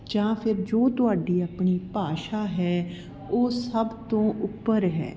ਜਾਂ ਫਿਰ ਜੋ ਤੁਹਾਡੀ ਆਪਣੀ ਭਾਸ਼ਾ ਹੈ ਉਹ ਸਭ ਤੋਂ ਉੱਪਰ ਹੈ